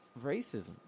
racism